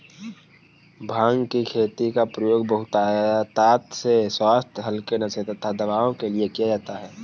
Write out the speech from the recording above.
भांग की खेती का प्रयोग बहुतायत से स्वास्थ्य हल्के नशे तथा दवाओं के लिए किया जाता है